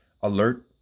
alert